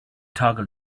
toggle